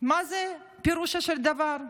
מה פירושו של דבר.